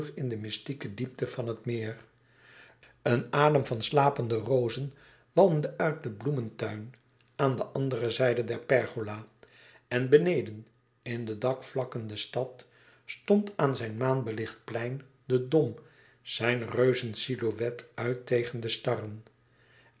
in de mystieke diepte van het meer een adem van slapende rozen walmde uit den bloementuin aan de andere zijde der pergola en beneden in de dakvlakkende stad stond aan zijn maanbelicht plein de dom zijn reuzensilhouet uit tegen de